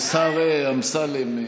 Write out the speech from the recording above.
השר אמסלם,